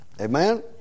Amen